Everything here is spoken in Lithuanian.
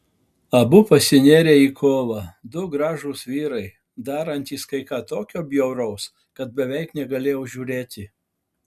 abu pasinėrė į kovą du gražūs vyrai darantys kai ką tokio bjauraus kad beveik negalėjau žiūrėti